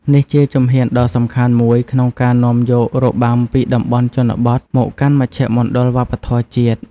នេះជាជំហានដ៏សំខាន់មួយក្នុងការនាំយករបាំពីតំបន់ជនបទមកកាន់មជ្ឈមណ្ឌលវប្បធម៌ជាតិ។